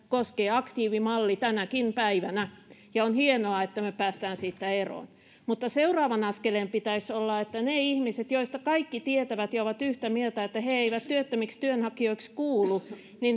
koskee aktiivimalli tänäkin päivänä ja on hienoa että me pääsemme siitä eroon mutta seuraavan askeleen pitäisi olla että ne ihmiset joista kaikki tietävät ja ovat yhtä mieltä että he eivät työttömiksi työnhakijoiksi kuulu